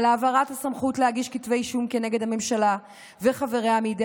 על העברת הסמכות להגיש כתבי אישום כנגד הממשלה וחבריה מידי